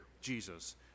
Jesus